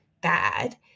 bad